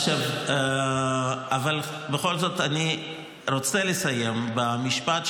בכל זאת אני רוצה לסיים במשפט,